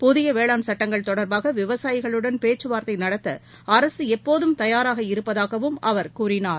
புதிய வேளாண் சட்டங்கள் தொடர்பாக விவசாயிகளுடன் பேச்சுவார்த்தை நடத்த அரசு எப்போதும் தயாராக இருப்பதாகவும் அவர் கூறினார்